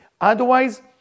Otherwise